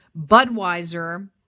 Budweiser